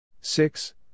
Six